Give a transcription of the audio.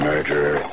Murderer